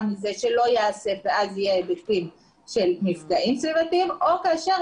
מכך שלא ייאסף ואז יהיו היבטים של מפגעים סביבתיים או כאשר